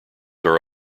are